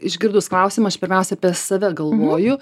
išgirdus klausimą aš pirmiausiai apie save galvoju